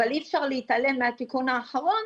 אבל אי אפשר להתעלם מהתיקון האחרון